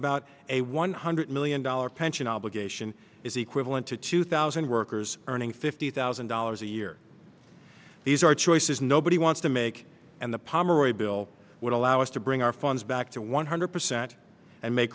about a one hundred million dollars pension obligation is equivalent to two thousand workers earning fifty thousand dollars a year these are choices nobody wants to make and the pomeroy's bill would allow us to bring our funds back to one hundred percent and make